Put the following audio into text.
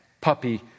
puppy